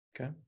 Okay